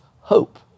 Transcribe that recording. hope